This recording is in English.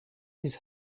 his